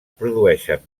produeixen